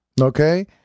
Okay